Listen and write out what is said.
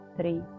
Three